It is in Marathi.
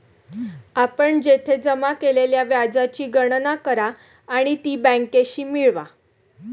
आपण येथे जमा केलेल्या व्याजाची गणना करा आणि ती बँकेशी मिळवा